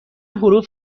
حروف